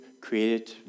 created